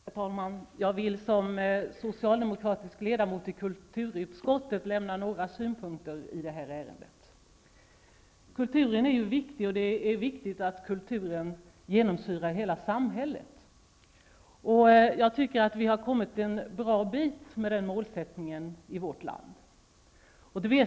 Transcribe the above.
Herr talman! Jag vill som socialdemokratisk ledamot i kulturutskottet anföra några synpunkter i det här ärendet. Kulturen är ju viktig, och det är väsentligt att kulturen genomsyrar hela samhället. Jag tycker att vi har kommit en bra bit på väg i vårt land när det gäller den målsättningen.